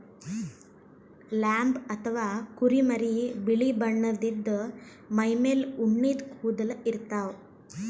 lamb ಅಥವಾ ಕುರಿಮರಿ ಬಿಳಿ ಬಣ್ಣದ್ ಇದ್ದ್ ಮೈಮೇಲ್ ಉಣ್ಣಿದ್ ಕೂದಲ ಇರ್ತವ್